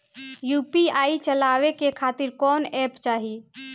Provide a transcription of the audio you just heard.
UPI चलवाए के खातिर कौन एप चाहीं?